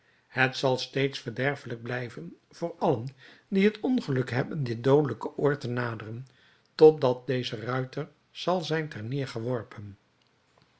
het zal steeds verderfelijk blijven voor allen die het ongeluk hebben dit doodelijke oord te naderen tot dat deze ruiter zal zijn ter neêrgeworpen